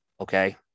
Okay